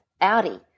Audi